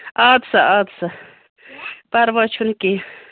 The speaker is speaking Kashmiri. اَدٕ سا اَدٕ سا پَرواے چھُنہٕ کیٚنٛہہ